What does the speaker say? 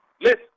Listen